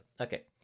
okay